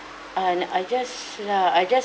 and I just lah I just